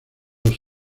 dos